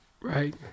right